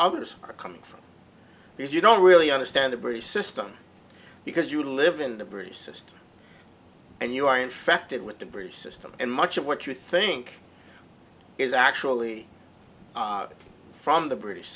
others are coming from because you don't really understand the british system because you live in the british system and you are infected with the british system and much of what you think is actually from the british